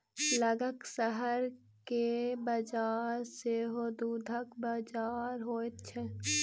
लगक शहर के बजार सेहो दूधक बजार होइत छै